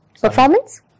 Performance